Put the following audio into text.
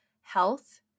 health